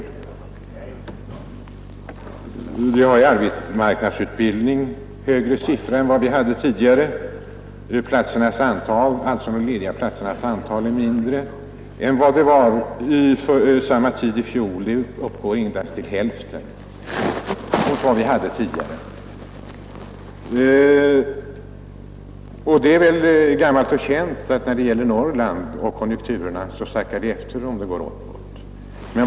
Vi har för personer i arbetsmarknadsutbildning högre siffra än tidigare. De lediga platsernas antal är mindre än vid samma tid i fjol. De uppgår endast till hälften mot vad vi hade tidigare. Och det är väl gammalt och känt att när det gäller Norrland så sackar det efter när konjunkturerna går uppåt.